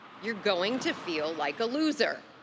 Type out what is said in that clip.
you're going to feel like a loser.